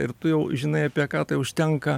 ir tu jau žinai apie ką tai užtenka